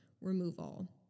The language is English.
removal